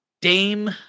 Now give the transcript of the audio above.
Dame